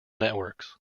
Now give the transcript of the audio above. networks